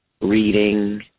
reading